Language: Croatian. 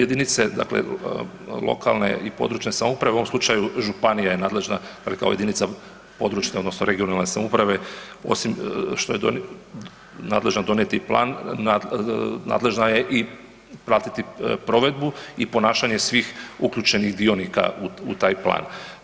Jedinice dakle lokalne i područne samouprave u ovom slučaju županija je nadležna kao jedinica područne odnosno regionalne samouprave osim što je nadležna donijeti plan nadležna je i pratiti provedbu i ponašanje svih uključenih dionika u taj plan.